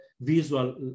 visual